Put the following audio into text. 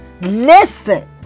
Listen